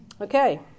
Okay